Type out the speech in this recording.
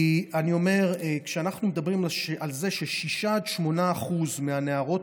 כי אני אומר שכשאנחנו מדברים על זה של-6% עד 8% מהנערות